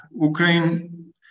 Ukraine